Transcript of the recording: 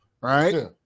right